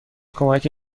کمکی